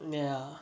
ya